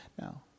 now